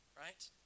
right